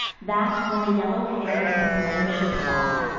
that, when the yellow hair in flame should fall,